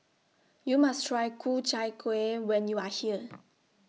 YOU must Try Ku Chai Kueh when YOU Are here